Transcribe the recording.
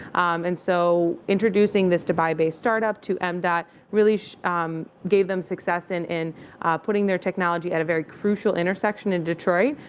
and so introducing this dubai-based start-up to and mdot really gave them success in in putting their technology at a very crucial intersection in detroit.